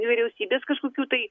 vyriausybės kažkokių tai